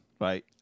right